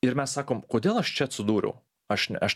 ir mes sakom kodėl aš čia atsidūriau aš ne aš